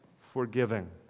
forgiving